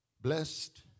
Blessed